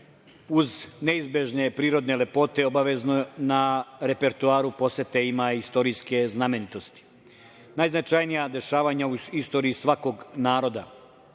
uz neizbežne prirodne lepote, obavezno na repertoaru posete ima istorijske znamenitosti, najznačajnija dešavanja u istoriji svakog naroda,